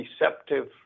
receptive